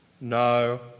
No